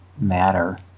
matter